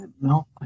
no